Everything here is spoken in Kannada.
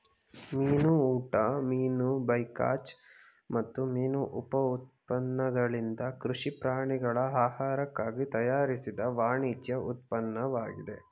ಮೀನು ಊಟ ಮೀನು ಬೈಕಾಚ್ ಮತ್ತು ಮೀನು ಉಪ ಉತ್ಪನ್ನಗಳಿಂದ ಕೃಷಿ ಪ್ರಾಣಿಗಳ ಆಹಾರಕ್ಕಾಗಿ ತಯಾರಿಸಿದ ವಾಣಿಜ್ಯ ಉತ್ಪನ್ನವಾಗಿದೆ